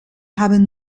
haben